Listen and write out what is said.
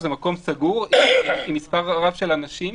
זה מקום סגור עם מספר רב של אנשים,